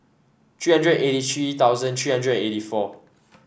three hundred eighty three thousand three hundred eighty four